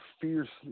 fiercely